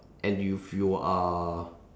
and you if you are